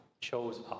chose